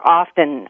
often